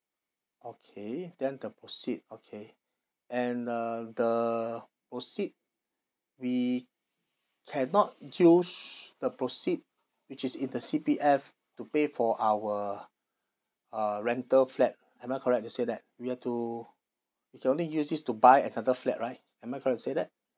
okay then the proceeds okay and the the proceeds we can not use the proceeds which is in the C_P_F to pay for our uh rental flat am I correct to say that we have to we can only use this to buy another flat right am I correct to say that